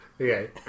Okay